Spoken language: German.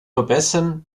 verbessern